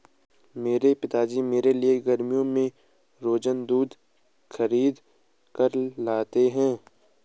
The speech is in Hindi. मेरे पिताजी मेरे लिए गर्मियों में रोजाना दूध खरीद कर लाते हैं